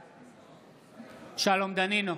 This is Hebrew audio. בעד שלום דנינו,